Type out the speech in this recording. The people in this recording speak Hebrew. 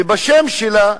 ובשם שלה,